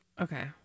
Okay